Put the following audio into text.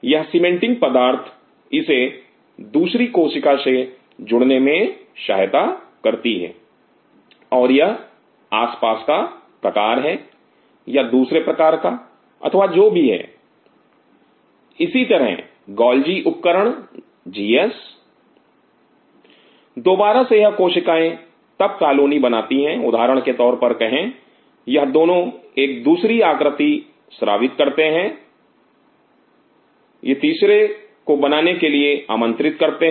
यह सीमेंटिंग पदार्थ इसे दूसरी कोशिका से जुड़ने में सहायता करती है और यह आसपास का प्रकार है या दूसरे प्रकार का अथवा जो भी है इसी तरह गॉल्जी उपकरण जीएस दोबारा से यह दो कोशिकाएं तब कॉलोनी बनाती हैं उदाहरण के तौर पर कहें यह यह दोनों एक दूसरी आकृति स्रावित करते हैं तब यह तीसरे को बनने के लिए आमंत्रित करते हैं